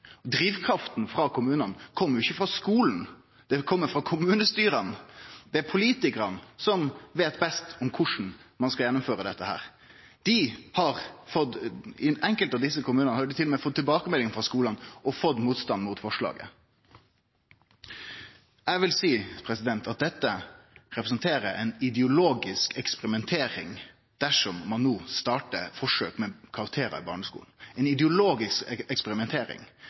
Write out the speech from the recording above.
Drivkrafta frå kommunane kjem ikkje frå skulen, ho kjem frå kommunestyra. Det er politikarene som veit best korleis ein skal gjennomføre dette. I enkelte av desse kommunane har dei til og med fått tilbakemelding frå skulane og fått motstand mot forslaget. Eg vil seie at det representerer ei ideologisk eksperimentering dersom ein no startar forsøk med karakterar i barneskulen – ei ideologisk